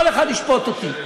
כל אחד ישפוט אותי,